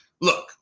look